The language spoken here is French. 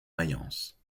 mayence